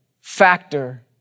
factor